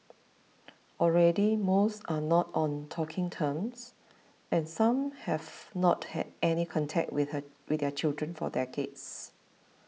already most are not on talking terms and some have not had any contact with their children for decades